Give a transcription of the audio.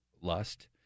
lust